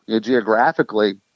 geographically